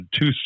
two